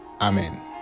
Amen